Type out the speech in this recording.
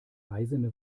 eisene